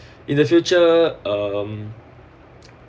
in the future um